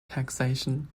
taxation